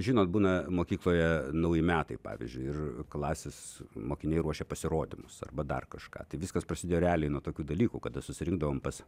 žinot būna mokykloje nauji metai pavyzdžiui ir klasės mokiniai ruošia pasirodymus arba dar kažką tai viskas prasidėjo realiai nuo tokių dalykų kada susirinkdavom pas